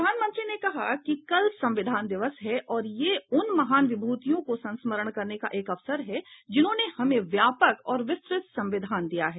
प्रधानमंत्री ने कहा कि कल संविधान दिवस है और यह उन महान विभूतियों को स्मरण करने का एक अवसर है जिन्होंने हमें व्यापक और विस्तृत संविधान दिया है